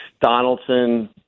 Donaldson